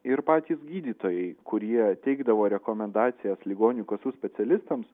ir patys gydytojai kurie teikdavo rekomendacijas ligonių kasų specialistams